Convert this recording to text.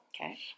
Okay